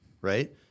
right